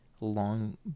long